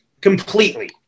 completely